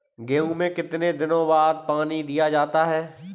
गेहूँ में कितने दिनों बाद पानी दिया जाता है?